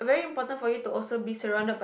very important for you to be surrounded by